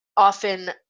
often